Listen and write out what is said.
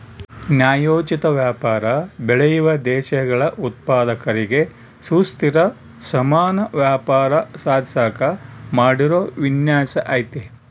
ನ್ಯಾಯೋಚಿತ ವ್ಯಾಪಾರ ಬೆಳೆಯುವ ದೇಶಗಳ ಉತ್ಪಾದಕರಿಗೆ ಸುಸ್ಥಿರ ಸಮಾನ ವ್ಯಾಪಾರ ಸಾಧಿಸಾಕ ಮಾಡಿರೋ ವಿನ್ಯಾಸ ಐತೆ